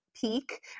peak